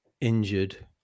injured